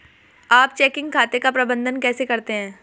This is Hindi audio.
आप चेकिंग खाते का प्रबंधन कैसे करते हैं?